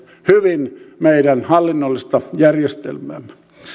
hyvin meidän hallinnollista järjestelmäämme